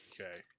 Okay